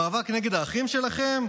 במאבק נגד האחים שלכם,